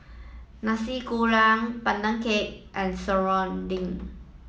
Nasi Kuning Pandan Cake and Serunding